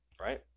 right